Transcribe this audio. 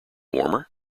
warmer